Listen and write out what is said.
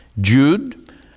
Jude